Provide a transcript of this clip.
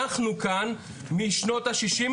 אנחנו כאן משנות ה-60,